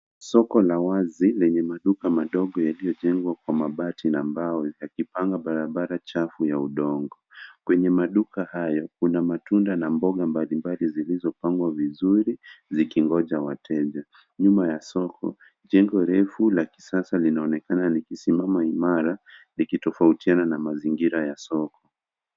Soko la wazi lenye maduka madogo yaliyojengwa kwa mabati na mbao yamejipanga barabara chafu ya udongo. Kwenye maduka hayo kuna matunda na mboga mbalimbali zilizopangwa vizuri zikingoja wateja. Nyuma ya soko jengo refu la kisasa linaonekana likisimama imara likitofautiana na mazingira ya soko.